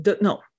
No